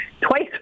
twice